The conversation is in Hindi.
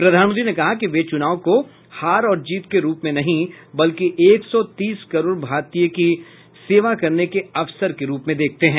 प्रधानमंत्री ने कहा कि वे चुनाव को हार और जीत के रूप में नहीं बल्कि एक सौ तीस करोड़ भारतीयों की सेवा करने के अवसर के रूप में देखते हैं